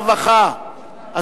הרווחה והבריאות,